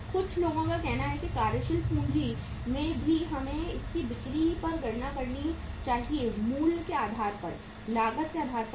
कुछ लोगों का कहना है कि कार्यशील पूंजी में भी हमें इसकी बिक्री पर गणना करनी चाहिए मूल्य के आधार पर लागत के आधार पर नहीं